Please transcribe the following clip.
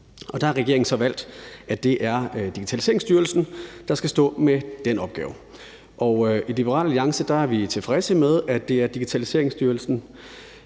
Der har regeringen så valgt, at det er Digitaliseringsstyrelsen, der skal stå med den opgave, og i Liberal Alliance er vi tilfredse med, at det er Digitaliseringsstyrelsen,